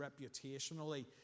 reputationally